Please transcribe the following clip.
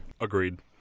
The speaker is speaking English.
agreed